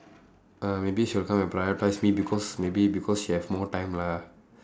uh maybe she will come and prioritise me because maybe because she have more time lah